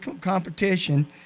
competition